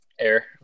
air